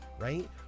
right